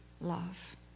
love